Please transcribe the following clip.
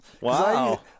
Wow